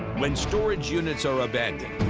when storage units are abandoned.